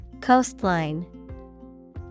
Coastline